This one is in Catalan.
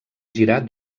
girar